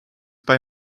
bei